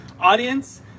Audience